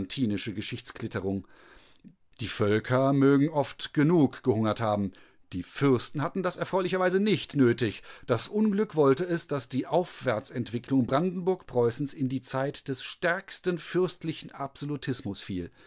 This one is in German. geschichtsklitterung die völker mögen oft genug gehungert haben die fürsten hatten das erfreulicherweise nicht nötig das unglück wollte es daß die aufwärtsentwicklung brandenburg-preußens in die zeit des stärksten fürstlichen absolutismus fiel